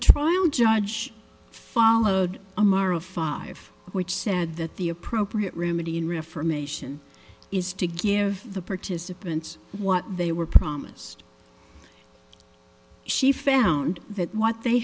trial judge followed a mother of five which said that the appropriate remedy in refer mation is to give the participants what they were promised she found that what they